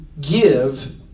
give